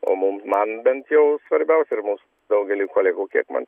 o mum man bent jau svarbiausia ir mūs daugeliui kolegų kiek man